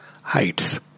heights